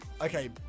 Okay